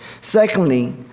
Secondly